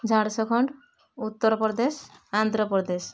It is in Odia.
ଝାଡ଼ଖଣ୍ଡ ଉତ୍ତରପ୍ରଦେଶ ଆନ୍ଧ୍ରପ୍ରଦେଶ